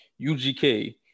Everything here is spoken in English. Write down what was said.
UGK